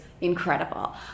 incredible